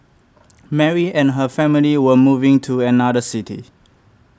Mary and her family were moving to another city